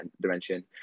dimension